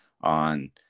on –